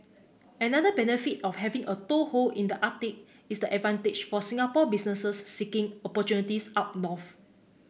another benefit of having a toehold in the Arctic is the advantage for Singapore businesses seeking opportunities up north